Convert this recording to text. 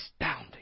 Astounding